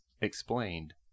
Explained